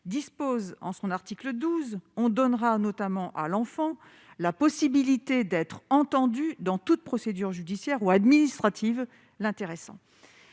dispose en son article 12 on donnera notamment à l'enfant la possibilité d'être entendu dans toute procédure judiciaire ou administrative l'intéressant,